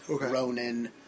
Ronan